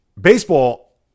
baseball